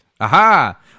Aha